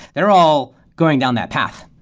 they're all going down that path.